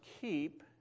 keep